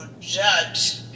judge